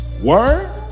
Word